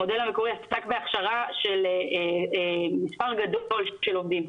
המודל המקורי, של מספר גדול של עובדים.